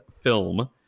film